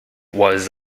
was